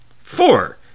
Four